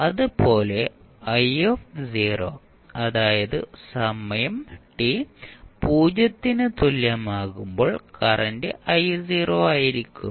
അതുപോലെ i അതായത് സമയം t 0 ന് തുല്യമാകുമ്പോൾ കറന്റ് ആയിരിക്കും